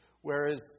Whereas